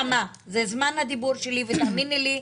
זה זמן הדיבור שלי ותאמיני לי,